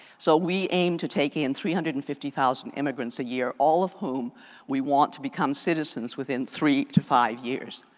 so we aim to take in three hundred and fifty thousand immigrants a year all of whom we want to become citizens within three to five years.